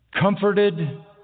comforted